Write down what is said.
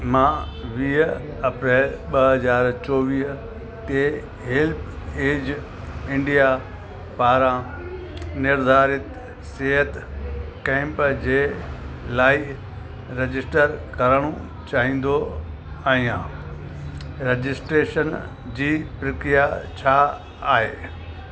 मां वीह अप्रैल ॿ हज़ार चोवीह ते हेल्पेज इंडिया पारां निर्धारित सिहतु कैम्प जी लाइ रजिस्टर करण चाहींदो आहियां रजिस्ट्रैशन जी प्रक्रिया छा आहे